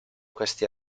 questi